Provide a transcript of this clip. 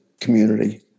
community